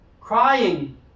Crying